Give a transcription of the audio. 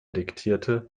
diktierte